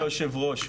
אדוני היושב-ראש,